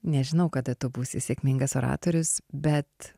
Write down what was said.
nežinau kada tu būsi sėkmingas oratorius bet